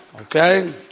Okay